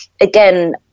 again